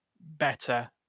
better